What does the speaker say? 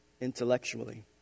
intellectually